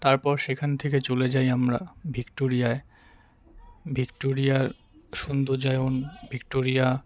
তারপর সেখান থেকে চলে যাই আমরা ভিক্টোরিয়ায় ভিক্টোরিয়ার সৌন্দর্যায়ন ভিক্টোরিয়া